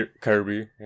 kirby